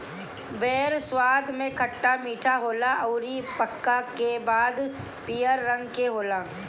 बेर स्वाद में खट्टा मीठा होला अउरी पकला के बाद पियर रंग के होला